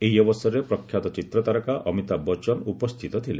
ଏହି ଅବସରରେ ପ୍ରଖ୍ୟାତ ଚିତ୍ର ତାରକା ଅମିତାଭ ବଚ୍ଚନ ଉପସ୍ଥିତ ଥିଲେ